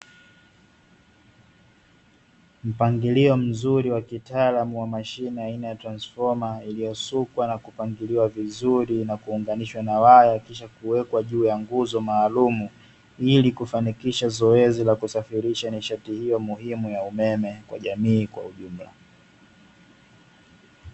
Mpangilio mzuri wa mashine ya kitaalamu aina ya transfoma iliyosukwa na kupangiliwa vizuri na kuonganishwa na waya, na kisha kuwekwa juu ya nguzo maalumu, ili kufanikisha zoezi la kusafirisha nishati hiyo ya umeme kwa jamii kwa ujumla.